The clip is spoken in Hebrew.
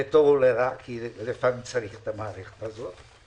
לטוב או לרע, כי לפעמים צריך את המערכת הזאת,